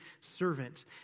servant